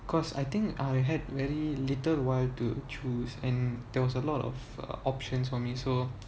because I think I had very little while to choose and there was a lot of err options for me so